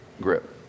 grip